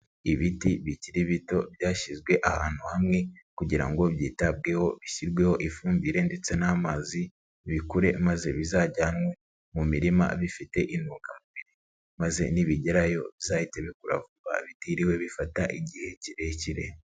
Ibiti bikiri bito byashyizwe ahantu hamwe kugira ngo byitabweho bishyirweho ifumbire ndetse n'amazi bikure maze bizajyanwe mu mirima bifite intungamubiri maze nibigerayo bizahite bikura bitiriwe bifata igihe kirekire.